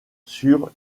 sur